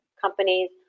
companies